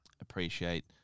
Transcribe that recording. appreciate